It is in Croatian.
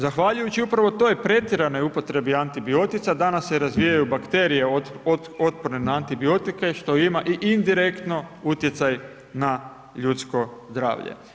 Zahvaljujući upravo toj pretjeranoj upotrebi antibiotika danas se razvijaju bakterije otporne na antibiotike što ima i indirektno utjecaj na ljudsko zdravlje.